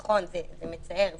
נכון, זה מצער.